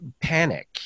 Panic